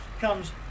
comes